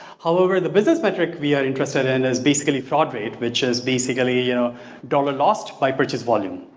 however the business metric we are interested in and is basically fraud rate which is basically you know dollar lost by purchase volume.